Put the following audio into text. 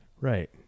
right